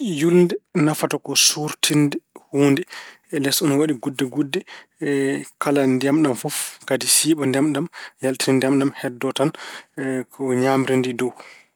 Hulde nafata ko suurtinde huunde. Les o ina waɗi gude gude. kalan ndiyam ɗam fof kadi siiɓa ndiyam, yaltina ndiyam ɗam, heddo tan ko- ñaamri ndi dow.